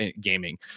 gaming